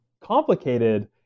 complicated